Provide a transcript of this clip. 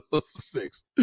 six